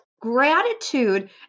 gratitude